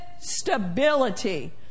stability